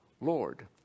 Lord